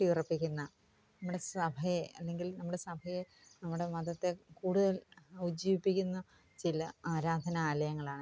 ഊട്ടി ഉറപ്പിക്കുന്ന നമ്മുടെ സഭയെ അല്ലെങ്കിൽ നമ്മുടെ സഭയെ നമ്മുടെ മതത്തെ കൂടുതല് ഉജ്ജീവിപ്പിക്കുന്ന ചില ആരാധനാലയങ്ങളാണ്